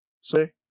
Say